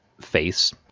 face